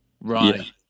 right